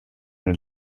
eine